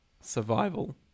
survival